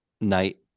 night